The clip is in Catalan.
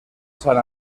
sant